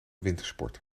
wintersport